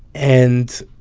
and,